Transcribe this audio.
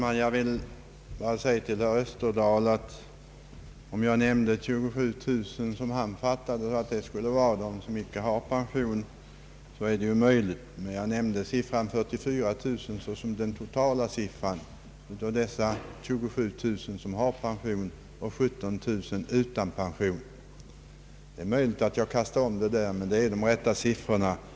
Herr talman! Jag nämnde siffran 27 000, och det är möjligt att herr Österdahl fattade detta såsom en uppgift på antalet änkor som inte har pension. Jag nämnde dock siffran 44 000 såsom den totala siffran, och därav har 27 000 pension medan 17000 står utan pension. Det är möjligt att jag kastade om uppgifterna i mitt tidigare anförande, men detta är i varje fall de riktiga siffrorna.